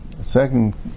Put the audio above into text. second